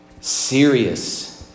serious